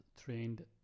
trained